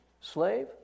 slave